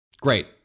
Great